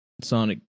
Sonic